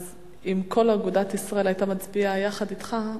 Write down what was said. אז אם כל אגודת ישראל היתה מצביעה יחד אתך,